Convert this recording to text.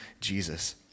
Jesus